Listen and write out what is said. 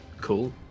Cool